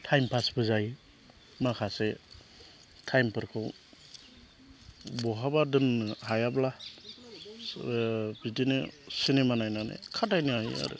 time पासबो जायो माखासे टाइमफोरखौ बहाबा दोननो हायाब्ला बिदिनो सिनेमा नायनानै खाथायनो हायो आरो